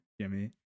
Jimmy